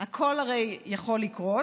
הכול הרי יכול לקרות.